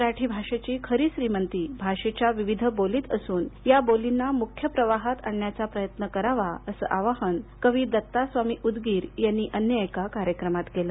मराठी भाषेची खरी श्रीमंती भाषेच्या विविध बोलीत असून या बोलींना मुख्य प्रवाहात आणण्याचा प्रयत्न करावा असं आवाहन कवी दत्ता स्वामी उदगीर यांनी अन्य एका कार्यक्रमात केले